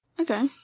Okay